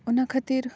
ᱚᱱᱟ ᱠᱷᱟᱹᱛᱤᱨ